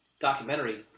documentary